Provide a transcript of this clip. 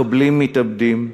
מחבלים מתאבדים,